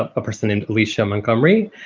a person in lisa montgomery.